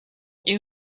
une